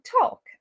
talk